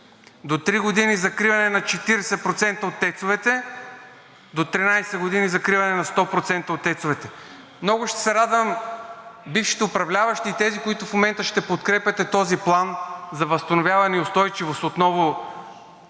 до три години закриване на 40% от ТЕЦ-овете, до 13 години закриване на 100% от ТЕЦ-овете. Много ще се радвам бившите управляващи и тези, които в момента ще подкрепяте Плана за възстановяване и устойчивост, отново